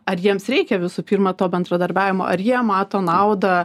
ar jiems reikia visų pirma to bendradarbiavimo ar jie mato naudą